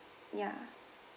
ya